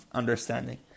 understanding